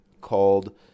called